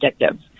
addictive